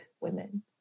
women